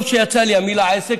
טוב שיצאה לי המילה "עסק",